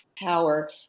power